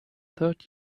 third